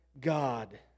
God